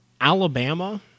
Alabama